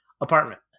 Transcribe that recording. apartment